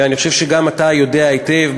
ואני חושב שגם אתה יודע היטב,